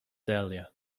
dahlia